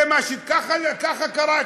זה מה, ככה קראתי: